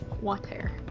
water